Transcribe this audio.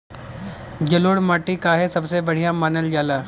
जलोड़ माटी काहे सबसे बढ़िया मानल जाला?